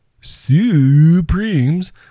Supremes